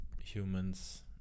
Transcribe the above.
humans